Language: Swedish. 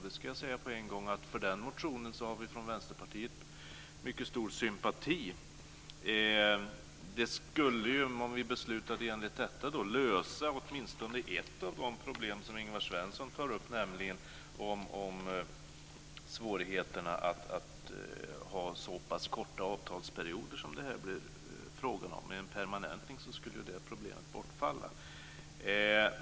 Det ska jag säga på en gång: För den motionen har vi från Vänsterpartiet mycket stor sympati. Om vi beslutade enligt detta skulle det lösa åtminstone ett av de problem som Ingvar Svensson tog upp, nämligen svårigheterna med att ha så pass korta avtalsperioder som det här blir fråga om. Med en permanentning skulle det problemet bortfalla.